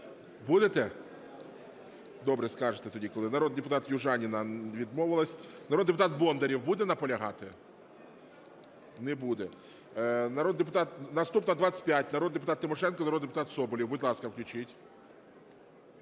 Будете? Добре, скажете тоді коли. Народний депутат Южаніна відмовилась. Народний депутат Бондарєв буде наполягати? Не буде. Народний депутат… Наступна – 25, народний депутат Тимошенко, народний депутат Соболєв. Будь ласка, включіть.